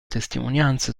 testimonianze